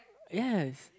yes